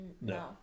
no